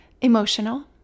emotional